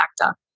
factor